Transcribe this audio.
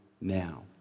now